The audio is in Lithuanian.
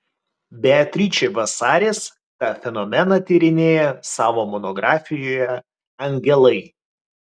beatričė vasaris tą fenomeną tyrinėja savo monografijoje angelai